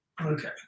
Okay